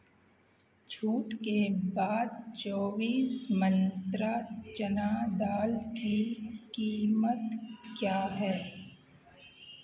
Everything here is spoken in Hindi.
छूट के बाद चौबीस मंत्रा चना दाल की कीमत क्या है